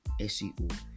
seo